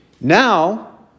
Now